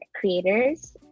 creators